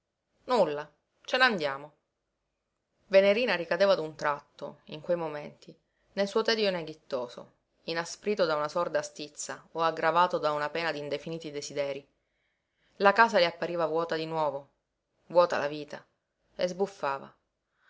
nulla ce n'andiamo venerina ricadeva d'un tratto in quei momenti nel suo tedio neghittoso inasprito da una sorda stizza o aggravato da una pena d'indefiniti desiderii la casa le appariva vuota di nuovo vuota la vita e sbuffava